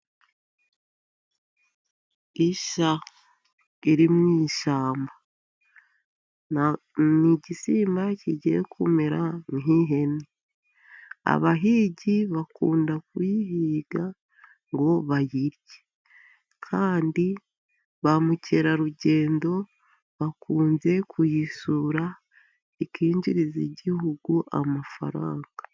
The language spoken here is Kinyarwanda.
Isha iri mu ishyamba. Ni igisimba kigiye kumera nk'ihene. Abahigi bakunda kuyihiga ngo bayirye kandi ba mukerarugendo bakunze kuyisura, ikinjiriza Igihugu amafaranga.